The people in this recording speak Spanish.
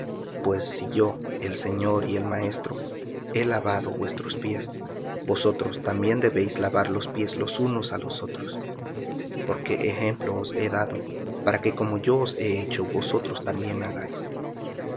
pues si yo el señor y el maestro he lavado vuestros pies vosotros también debéis lavar los pies los unos á los otros porque ejemplo os he dado para que como yo os he hecho vosotros también hagáis